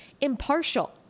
impartial